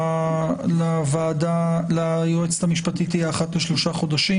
הדיווח ליועצת המשפטית לממשלה יהיה אחת ל-3 חודשים.